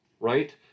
Right